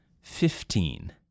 fifteen